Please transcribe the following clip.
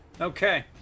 Okay